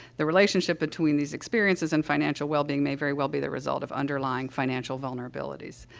the relationship between these experiences and financial wellbeing may very well be the result of underlying financial vulnerabilities.